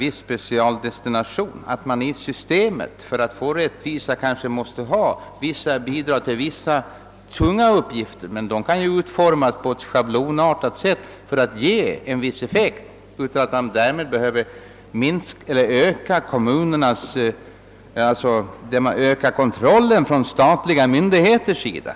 Vi anser dock att systemet borde innehålla regler om speciella bidrag till vissa mer omfattande ändamål, men dessa regler skulle kunna utformas schablonmässigt. Därmed behöver inte myndigheternas kontroll över kommunernas förvaltning ökas.